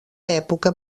època